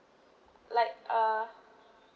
like uh